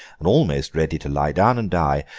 and almost ready to lie down and die,